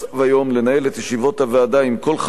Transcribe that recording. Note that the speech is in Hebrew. לנהל את ישיבות הוועדה אם כל חברי הסיעה